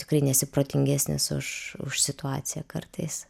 tikrai nesi protingesnis už už situaciją kartais